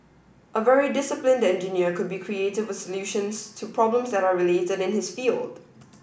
a very disciplined engineer could be creative with solutions to problems that are related to his field